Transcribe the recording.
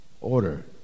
order